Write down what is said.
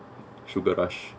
sugar rush